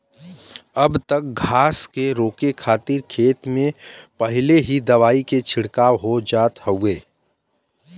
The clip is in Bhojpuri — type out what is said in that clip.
अब त घास के रोके खातिर खेत में पहिले ही दवाई के छिड़काव हो जात हउवे